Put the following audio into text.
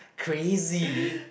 crazy